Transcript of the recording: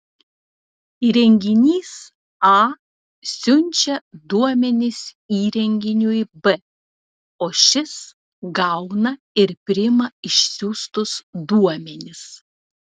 įrenginys a siunčia duomenis įrenginiui b o šis gauna ir priima išsiųstus duomenis